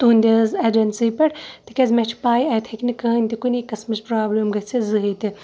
تُہنٛدِس اٮ۪جَنسی پٮ۪ٹھ تِکیٛازِ مےٚ چھِ پَے اَتہِ ہیٚکہِ نہٕ کٕہٕنۍ تہِ کُنی قٕسمٕچ پرٛابلِم گٔژھِتھ زٕہٕنۍ تہِ